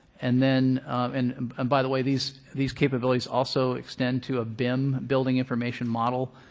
and then and by the way, these these capabilities also extend to a bim, building information model,